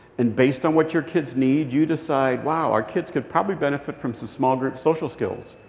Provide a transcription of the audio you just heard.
and based on what your kids need, you decide, wow, our kids could probably benefit from some small-group social skills.